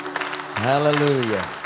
Hallelujah